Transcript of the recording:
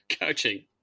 coaching